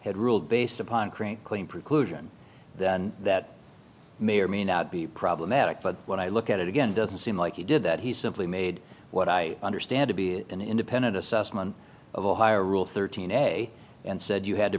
had ruled based upon create clean preclusion that may or may not be problematic but when i look at it again doesn't seem like he did that he simply made what i understand to be an independent assessment of a higher rule thirteen a and said you had to